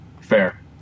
Fair